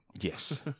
Yes